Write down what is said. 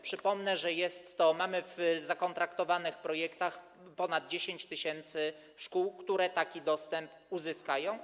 Przypomnę, że mamy w zakontraktowanych projektach ponad 10 tys. szkół, które taki dostęp uzyskają.